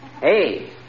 Hey